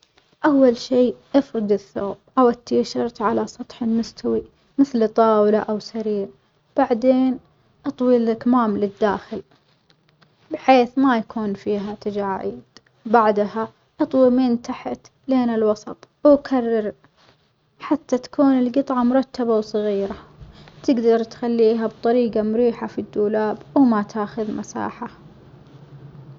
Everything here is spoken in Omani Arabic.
أول شي افرد الثوب أو التيشيرت على سطح مستوي مثل طاولة أو سرير بعدين اطوي الأكمام للداخل بحيث ما يكون فيها تجاعيد، بعدها اطوي من تحت لين الوسط وكرر حتى تكون الجطعة مرتبة وصغيرة تجدر تخليها بطريجة مريحة في الدولاب وما تاخذ مساحة.